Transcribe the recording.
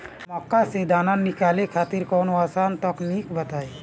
मक्का से दाना निकाले खातिर कवनो आसान तकनीक बताईं?